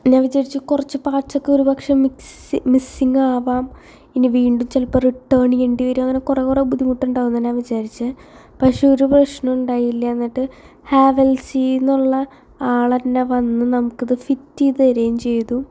ഞാൻ വിചാരിച്ചു കുറച്ച് പാർട്സ് ഒക്കെ ഒരുപക്ഷെ മിക്സ് മിസ്സിംഗ് ആവാം ഇനി വീണ്ടും ചിലപ്പോൾ റിട്ടേൺ ചെയ്യേണ്ടി വരും അങ്ങനെ കുറെ കുറെ ബുദ്ധിമുട്ടുണ്ടാകും എന്നാണ് ഞാൻ വിചാരിച്ചത് പക്ഷെ ഒരു പ്രശ്നവുമുണ്ടായില്ല എന്നിട്ട് ഹാവൽസിൽ നിന്നുള്ള ആളുതന്നെ വന്ന് നമുക്കത് ഫിറ്റ് ചെയ്ത് തരുകയും ചെയ്തു